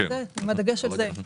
בדגש על זה.